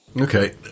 Okay